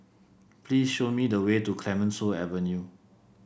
please show me the way to Clemenceau Avenue